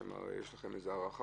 האם יש לכם הערכה?